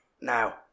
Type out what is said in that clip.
Now